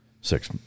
six